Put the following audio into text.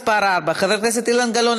מס' 4. חבר הכנסת אילן גילאון,